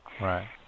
Right